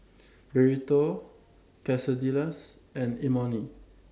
Burrito Quesadillas and Imoni